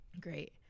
great